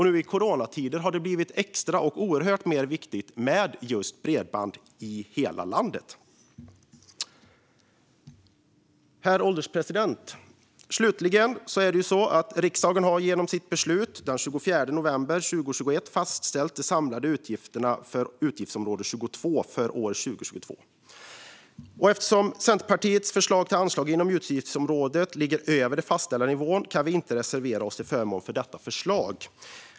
Nu i coronatider har det blivit extra viktigt med just bredband i hela landet. Herr ålderspresident! Slutligen har riksdagen genom sitt beslut den 24 november 2021 fastställt de samlade utgifterna för utgiftsområde 22 för år 2022. Eftersom Centerpartiets förslag till anslag inom utgiftsområdet ligger över den fastställda nivån kan vi inte reservera oss till förmån för detta förslag.